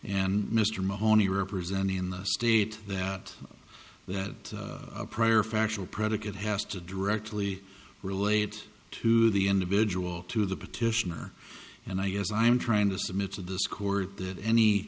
and mr mahoney representing the state that that prior factual predicate has to directly relate to the individual to the petitioner and i guess i'm trying to submit to this court that any